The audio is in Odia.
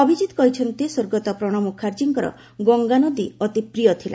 ଅଭିଜିତ କହିଛନ୍ତି ସ୍ୱର୍ଗତ ପ୍ରଣବ ମୁଖାର୍ଜୀଙ୍କର ଗଙ୍ଗାନଦୀ ଅତି ପ୍ରିୟ ଥିଲା